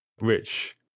rich